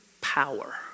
power